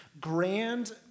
grand